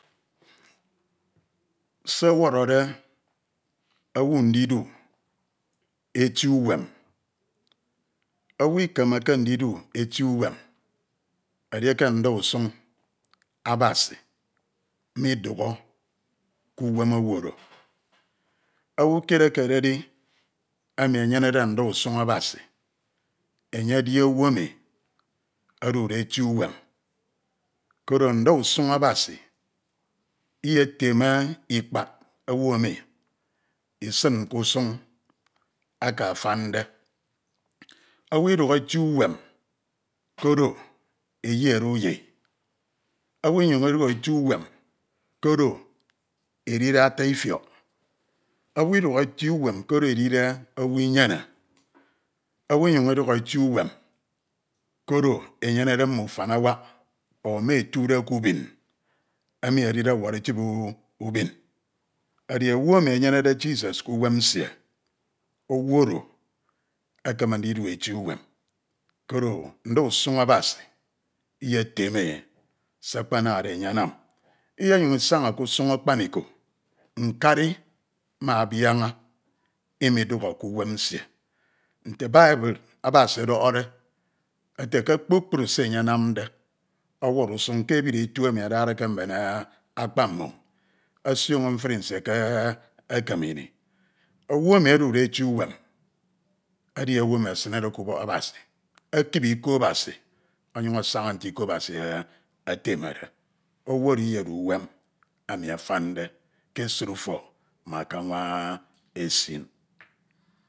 Se ọwọrode owu ndidu eti uwem, owu Ikem ebe ndidu eti uwem edieke nda usuñ Abasi midukhọ k’uwem owu oro owu kied ekededi emi enyenede nda usuñ Abasi enye edi owu emi odude eti uwem koro nda usun Abasi Iyeteme Ikpad owu emi Isin k’usuñ eke afande, owu Idukhọ eti uwem, koro eyiede uyi, owu Inyuñ Idukhọ eti uwem koro edide ata Ifiọk, owu Iduhe eti uwem koro edide owu Inyene, owu Inyuñ Iduhọ eti uwem koro enyenede mm’ufan awak etude k’ubin emi edide ọwọrọ etip ubin edi owu emi enyenede Jesus k’uwem nsie, owu oro, ekeme ndidu eti uwem koro nda usuñ Abasi Iyeteme e se akpan ade enye anam, Inyenyuñ Isaña k’usuñ akpaniko, nkari ma abiaña Imiduho, k’uwen nsie nte bible Abasi ọdọhọde ete ke kpukpru se enye anamde ọwọrọ usuñ ke e ebid etu emi adade ke mben akpa mmoñ, osioño mfri nsie ke ekem ini. Owu emi odude eti uwem edi owu esinede k’ubọk Abasi. ekip Iko Abasi, ọnyuñ asaña nte Iko Abasi etemede, owu oro Iyedu uwem emi afande ke esid ufọk ma k’anwa esin.